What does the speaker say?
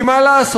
כי מה לעשות,